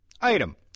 Item